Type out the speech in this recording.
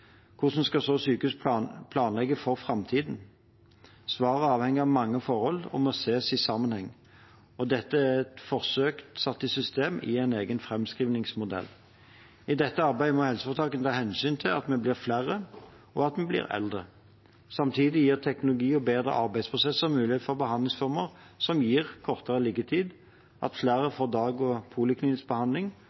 Hvordan skal så sykehus planlegge for framtiden? Svaret er avhengig av mange forhold og må ses i sammenheng. Dette er et forsøk satt i system i en egen framskrivningsmodell. I dette arbeidet må helseforetakene ta hensyn til at vi blir flere, og at vi blir eldre. Samtidig gir teknologi og bedre arbeidsprosesser mulighet for behandlingsformer som gir kortere liggetid, at flere får dag- og